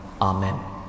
Amen